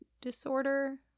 disorder